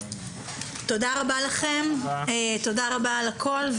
תודה רבה לכם, תודה רבה על הכל.